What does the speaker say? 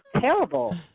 terrible